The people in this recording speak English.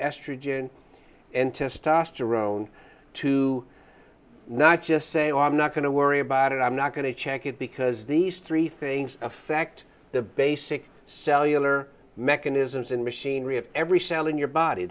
estrogen and testosterone to not just say oh i'm not going to worry about it i'm not going to check it because these three things affect the basic cellular mechanisms and machinery of every cell in your body